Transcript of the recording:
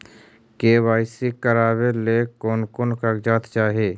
KYC करावे ले कोन कोन कागजात चाही?